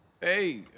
Hey